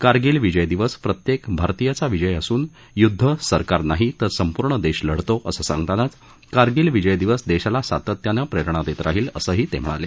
कारगिल विजय दिवस प्रत्येक भारतीयाचा विजय असून युध्द सरकार नाही तर संपुर्ण देश लढतो असं सांगतानाच कारगिल विजय दिवस देशाला सातत्यानं प्रेरणा देत राहील असंही ते म्हणाले